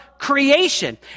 creation